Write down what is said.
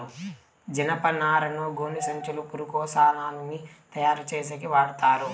జనపనారను గోనిసంచులు, పురికొసలని తయారు చేసేకి వాడతారు